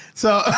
so